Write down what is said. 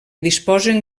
disposen